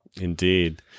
Indeed